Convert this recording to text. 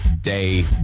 day